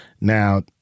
now